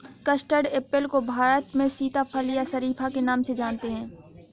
custard apple को भारत में सीताफल या शरीफा के नाम से जानते हैं